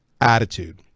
attitude